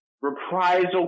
reprisal